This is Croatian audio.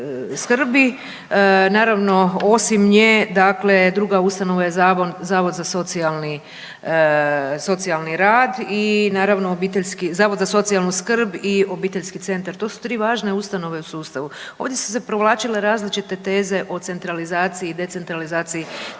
Naravno, osim nje druga ustanova je Zavod za socijalni skrb i naravno Obiteljski centar, to su tri važne ustanove u sustavu. Ovdje su se provlačile različite teze o centralizaciji, decentralizaciji